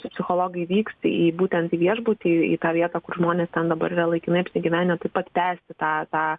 psichologai vyks į būtent į viešbutį į tą vietą kur žmonės ten dabar yra laikinai apsigyvenę taip pat pęsti tą tą